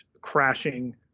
crashing